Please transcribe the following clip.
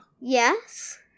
Yes